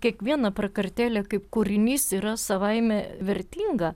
kiekviena prakartėlė kaip kūrinys yra savaime vertinga